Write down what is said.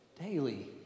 Daily